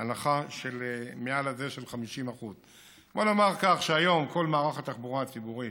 הנחה של מעל 50%. בוא נאמר כך: היום כל מערך התחבורה הציבורית,